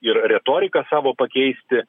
ir retoriką savo pakeisti